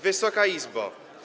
Wysoka Izbo!